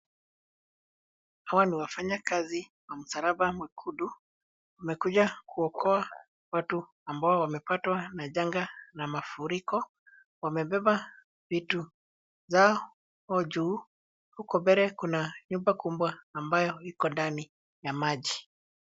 Hawa ni wafanyakazi wa msalaba mwekundu wamekuja kuokoa watu ambao wamepatwa na majanga na mafuriko. Wamebeba vitu zao ju huko mbele kuna nyumba kubwa ambayo iko ndani ya maji.